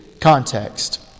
Context